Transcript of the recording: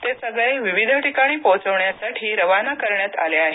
ते सगळे विविध ठिकाणी पोहोचवण्यासाठी रवाना करण्यात आले आहेत